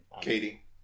Katie